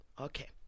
Okay